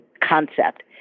concept